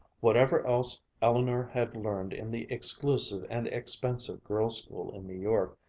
whatever else eleanor had learned in the exclusive and expensive girls' school in new york,